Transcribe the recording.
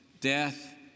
death